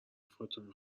فاطمه